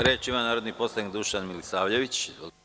Reč ima narodni poslanik Dušan Milisavljević.